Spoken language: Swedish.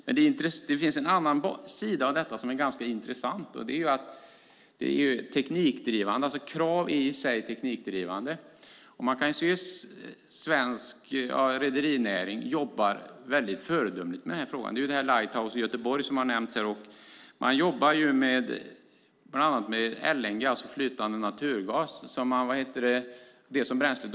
Men det finns en annan sida av detta som är ganska intressant, och det är att krav i sig är teknikdrivande. Man kan se att svensk rederinäring jobbar mycket föredömligt med denna fråga. Lighthouse i Göteborg har nämnts här. Man jobbar bland annat med LNG, alltså flytande naturgas som bränsle.